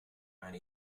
and